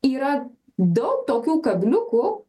yra daug tokių kabliukų